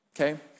okay